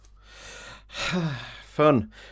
Fun